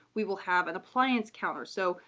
we will have an appliance counter. so,